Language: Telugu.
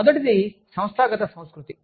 మొదటిది సంస్థాగత సంస్కృతి